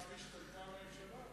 עכשיו השתנתה הממשלה, לשנות.